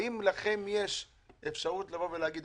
האם לכם יש אפשרות לבוא ולהגיד,